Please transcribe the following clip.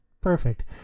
Perfect